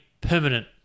permanent